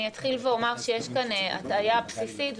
אני אתחיל ואומר שיש כאן הטעיה בסיסית,